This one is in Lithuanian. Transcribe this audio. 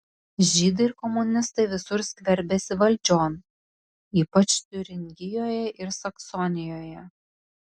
žydai ir komunistai visur skverbiasi valdžion ypač tiuringijoje ir saksonijoje